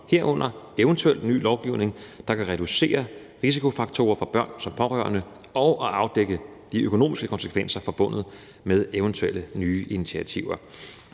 herunder eventuel ny lovgivning, der kan reducere risikofaktorer for børn som pårørende og afdække de økonomiske konsekvenser forbundet med eventuelle nye initiativer.